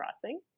Crossing